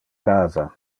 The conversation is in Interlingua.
casa